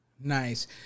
Nice